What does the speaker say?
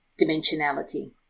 dimensionality